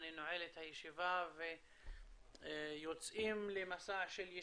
אני נועל את הישיבה ויוצאים למסע של ישיבות